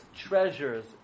treasures